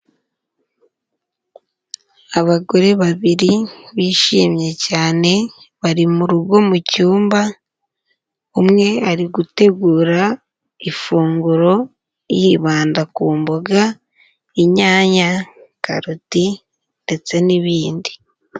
Abagore babiri bishimye cyane, bari mu rugo mu cyumba, umwe ari gutegura ifunguro, yibanda ku mboga, inyanya, karodi ndetse n'ibindi.